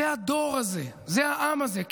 זה הדור הזה, זה העם הזה.